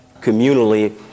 communally